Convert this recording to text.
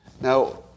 Now